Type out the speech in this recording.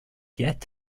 yet